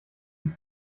die